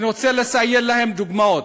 אני רוצה לציין לפניכם דוגמאות: